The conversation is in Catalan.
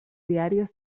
diàries